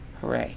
Hooray